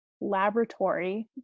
laboratory